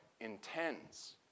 intends